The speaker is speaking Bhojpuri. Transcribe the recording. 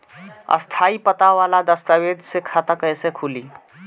स्थायी पता वाला दस्तावेज़ से खाता कैसे खुली?